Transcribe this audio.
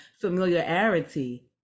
familiarity